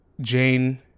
jane